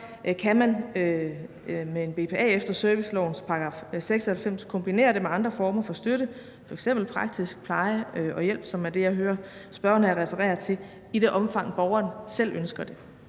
kan man med en BPA efter servicelovens § 96 kombinerer det med andre former for støtte, f.eks. personlig og praktisk hjælp, som er det, jeg hører spørgeren referere til her, i det omfang borgeren selv ønsker det.